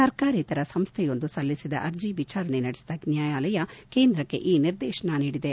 ಸರ್ಕಾರೇತರ ಸಂಸ್ಥೆಯೊಂದು ಸಲ್ಲಿಸಿದ ಅರ್ಜಿ ವಿಚಾರಣೆ ನಡೆಸಿದ ನ್ಯಾಯಾಲಯ ಕೇಂದ್ರಕ್ಷೆ ಈ ನಿರ್ದೇಶನ ನೀಡಿದೆ